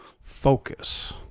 focus